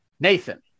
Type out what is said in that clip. Nathan